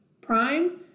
Prime